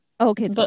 okay